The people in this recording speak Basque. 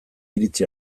iritzi